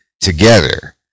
together